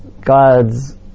God's